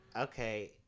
Okay